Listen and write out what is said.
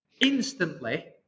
instantly